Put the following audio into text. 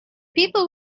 people